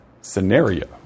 scenario